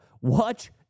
Watch